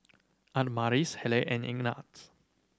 Adamaris Hayleigh and Ignatz